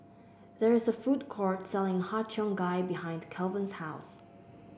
there is a food court selling Har Cheong Gai behind Calvin's house